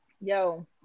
Yo